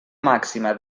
màxima